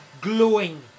glowing